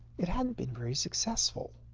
it hadn't been very successful.